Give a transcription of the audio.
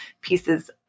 pieces